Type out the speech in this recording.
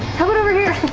how about over here?